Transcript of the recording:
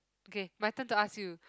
okay my turn to ask you